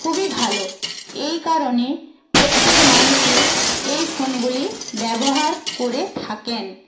খুবই ভালো এই কারণে প্রত্যেক মানুষই এই ফোনগুলি ব্যবহার করে থাকেন